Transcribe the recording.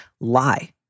Lie